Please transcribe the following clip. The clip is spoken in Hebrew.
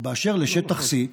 ובאשר לשטח C,